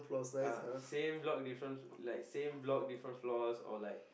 ah same block different like same block different floors or like